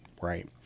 right